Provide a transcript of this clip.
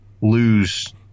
lose